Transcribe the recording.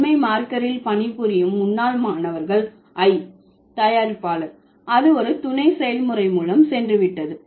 பன்மை மார்க்கரில் பணிபுரியும் முன்னாள் மாணவர்கள் i தயாரிப்பாளர் அது ஒரு துணை செயல்முறை மூலம் சென்றுவிட்டது